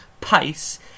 pace